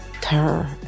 terror